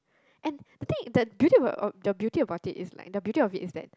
and the thing the beauty about it the beauty about it is like the beauty of it is that